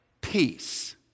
peace